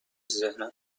ذهنم